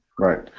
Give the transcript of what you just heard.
Right